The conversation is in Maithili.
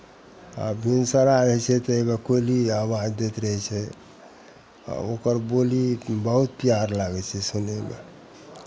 आ भिनसरा होइ छै तऽ है वा कोयली आवाज दैत रहै छै आ ओकर बोली बहुत प्यार लागै छै सुनयमे